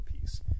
piece